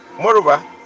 Moreover